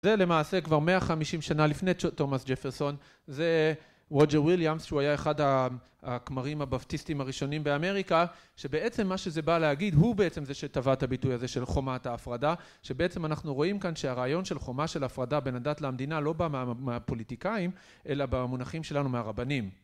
זה למעשה כבר מאה חמישים שנה לפני תומאס ג'פרסון, זה רוג'ר וויליאמס, שהוא היה אחד הכמרים הבבטיסטים הראשונים באמריקה, שבעצם מה שזה בא להגיד הוא בעצם זה שתבע את הביטוי הזה של חומת ההפרדה, שבעצם אנחנו רואים כאן שהרעיון של חומה של הפרדה בין הדת למדינה לא בא מהפוליטיקאים אלא במונחים שלנו מהרבנים